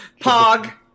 Pog